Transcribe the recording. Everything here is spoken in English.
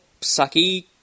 sucky